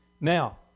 Now